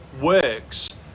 works